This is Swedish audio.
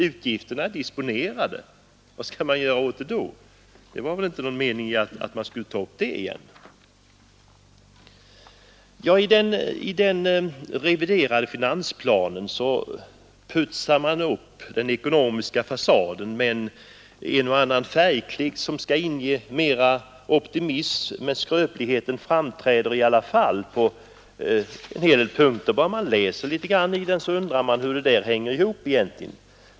Utgifterna är disponerade, vad skall man då göra åt det? Det hade väl inte varit någon mening i att ta upp detta igen? I den reviderade finansplanen putsar man upp den ekonomiska fasaden med en och annan färgklick som skall inge mera optimism, men skröpligheten framträder i alla fall på en hel del punkter. Bara man läser litet så undrar man hur det där hänger ihop egentligen.